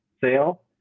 sale